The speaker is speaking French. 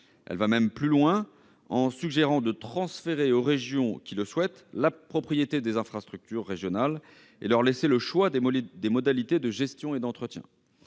Elle va même plus loin en suggérant de transférer aux régions qui le souhaitent la propriété des infrastructures régionales et de leur laisser le choix des modalités de gestion et d'entretien.